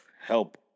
help